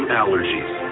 allergies